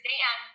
Dan